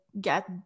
get